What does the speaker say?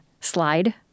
Slide